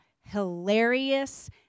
hilarious